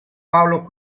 paolo